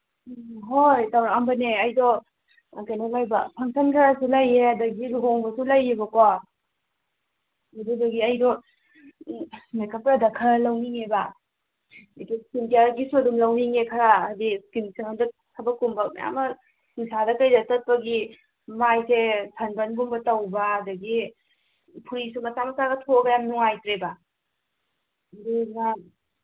ꯎꯝ ꯍꯣꯏ ꯇꯧꯔꯛꯑꯝꯕꯅꯦ ꯑꯩꯗꯣ ꯀꯩꯅꯣ ꯂꯩꯕ ꯐꯪꯁꯟ ꯈꯔꯁꯨ ꯂꯩꯌꯦ ꯑꯗꯒꯤ ꯂꯨꯍꯣꯡꯕꯁꯨ ꯂꯩꯌꯦꯕꯀꯣ ꯑꯗꯨꯗꯨꯒꯤ ꯑꯩꯗꯣ ꯃꯦꯀꯞ ꯄ꯭ꯔꯗꯛ ꯈꯔ ꯂꯧꯅꯤꯡꯉꯦꯕ ꯏꯁꯀꯤꯟ ꯀꯤꯌꯔꯒꯤꯁꯨ ꯂꯧꯅꯤꯡꯉꯦ ꯈꯔ ꯍꯥꯏꯗꯤ ꯏꯁꯀꯤꯟꯁꯨ ꯍꯟꯗꯛ ꯊꯕꯛꯀꯨꯝꯕ ꯃꯌꯥꯝ ꯑꯃ ꯅꯨꯡꯁꯥꯗ ꯀꯩꯗ ꯆꯠꯄꯒꯤ ꯃꯥꯏꯁꯦ ꯁꯟꯕꯔꯟꯒꯨꯝꯕ ꯇꯧꯕ ꯑꯗꯒꯤ ꯐꯨꯔꯤꯁꯨ ꯃꯆꯥ ꯃꯆꯥꯒ ꯊꯣꯛꯑꯒ ꯌꯥꯝ ꯅꯨꯡꯉꯥꯏꯇ꯭ꯔꯦꯕ ꯑꯗꯨꯗꯨꯅ